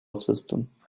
system